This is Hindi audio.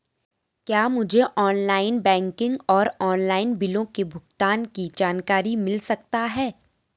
क्या मुझे ऑनलाइन बैंकिंग और ऑनलाइन बिलों के भुगतान की जानकारी मिल सकता है?